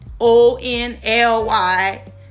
O-N-L-Y